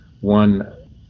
one